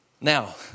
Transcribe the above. Now